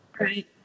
Right